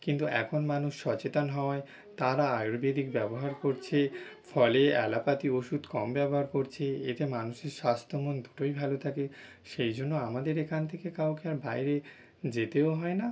কিন্তু এখন মানুষ সচেতন হওয়ায় তারা আয়ুর্বেদিক ব্যবহার করছে ফলে অ্যালাপাতি ওষুধ কম ব্যবহার করছে এতে মানুষের স্বাস্ত্য মন দুটোই ভালো থাকে সেই জন্য আমাদের এখান থেকে কাউকে আর বাইরে যেতেও হয় না